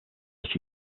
city